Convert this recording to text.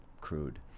crude